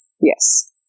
Yes